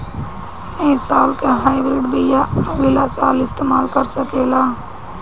इ साल के हाइब्रिड बीया अगिला साल इस्तेमाल कर सकेला?